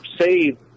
say